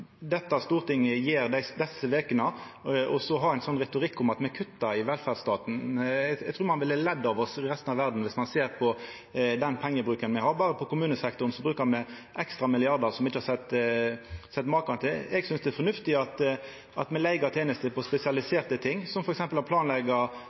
dette stortinget gjer desse vekene, og så har ein retorikk om at me kuttar i velferdsstaten – eg trur ein ville ledd av oss i resten av verda om ein ser på den pengebruken me har. Berre på kommunesektoren bruker me ekstra milliardar i eit omfang me ikkje har sett maken til. Eg synest det er fornuftig at me leiger tenester